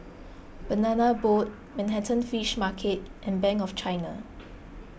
Banana Boat Manhattan Fish Market and Bank of China